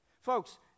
Folks